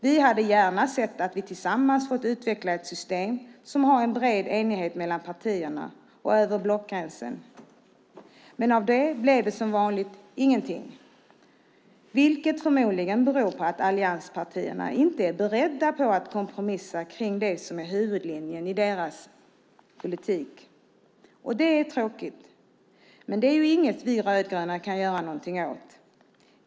Vi hade gärna sett att vi tillsammans fått utveckla ett system som det rått en bred enighet om mellan partierna och över blockgränsen. Men av det blev det, som vanligt, ingenting, vilket förmodligen beror på att allianspartierna inte är beredda att kompromissa kring det som är huvudlinjen i deras politik. Det är tråkigt, men det är inte något som vi rödgröna kan göra någonting åt.